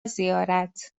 زیارت